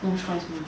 no choice mah